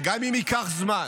וגם אם ייקח זמן